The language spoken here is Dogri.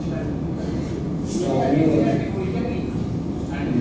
स्टार्ट नी होआ दा